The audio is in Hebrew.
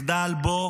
מחדל שבו